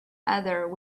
other